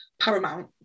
paramount